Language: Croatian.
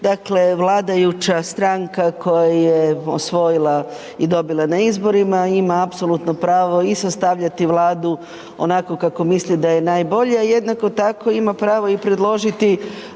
dakle vladajuća stranka koja je osvojila i dobila na izborima ima apsolutno pravo i sastavljati Vladu onako kako misli da je najbolje, a jednako tako ima pravo i predložiti